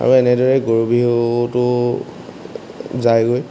আৰু এনেদৰেই গৰু বিহুটো যায়গৈ